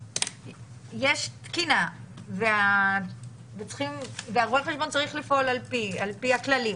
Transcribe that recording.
יש תקינה ורואה החשבון צריך לפעול על פי הכללים,